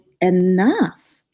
enough